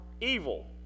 evil